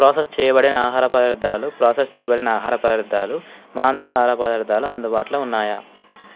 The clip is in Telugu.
ప్రోసస్ చేయబడిన ఆహార పదార్ధాలు ప్రాసస్ చేయబడిన ఆహార పదార్ధాలు మాంసాహార పదార్థాలు అందుబాటులో ఉన్నాయా